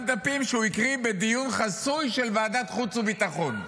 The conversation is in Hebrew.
דפים שהוא הקריא בדיון חסוי של ועדת החוץ והביטחון.